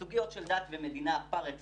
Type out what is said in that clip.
זה סוגיות של דת ומדינה פר-אקסלנס,